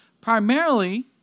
primarily